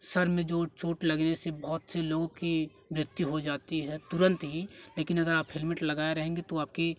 sir में जो चोट लगने से बहुत से लोगों की मृत्यु हो जाती है तुरंत ही लेकिन अगर आप हेलमेट लगाए रहेंगे तो आपकी